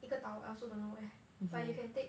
一个岛 I also don't know where but you can take